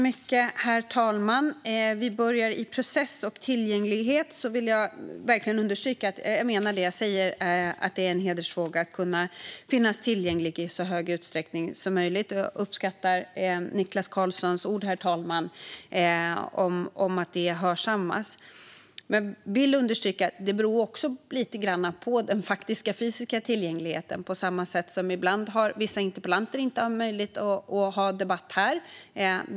Herr talman! När det gäller process och tillgänglighet vill jag understryka att jag menar det jag säger. Det är en hedersfråga att finnas tillgänglig i så stor utsträckning som möjligt. Jag uppskattar Niklas Karlssons ord om att det hörsammas. Jag vill också understryka att det även beror lite på den fysiska tillgängligheten. På samma sätt har vissa interpellanter inte haft möjlighet att debattera här.